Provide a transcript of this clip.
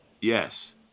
Yes